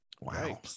Wow